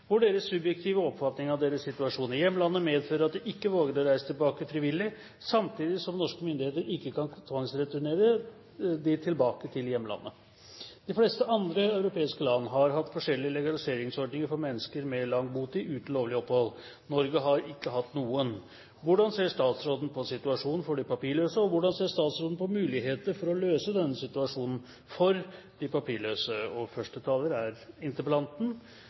hvor deres subjektive oppfatning av deres situasjon i hjemlandet medfører at de ikke våger å reise tilbake frivillig, samtidig som norske myndigheter ikke kan tvangsreturnere dem til hjemlandet. De fleste andre europeiske land har hatt forskjellige legaliseringsordninger for mennesker med lang botid uten lovlig opphold. Norge har ikke hatt noen. Derfor stiller jeg spørsmål til statsråden i denne interpellasjonen: Hvordan ser statsråden på situasjonen for de papirløse, og hvordan ser statsråden på muligheten for å løse denne situasjonen for de papirløse? Jeg vet at dette ikke er